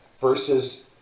versus